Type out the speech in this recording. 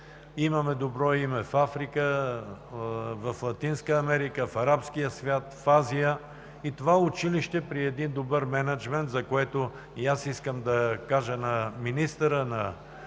Имаме добро име в Африка, в Латинска Америка, в арабския свят, в Азия. Това училище при един добър мениджмънт, за което и аз искам да кажа на министъра, на